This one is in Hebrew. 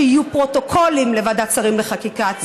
שיהיו פרוטוקולים לוועדת שרים לחקיקה.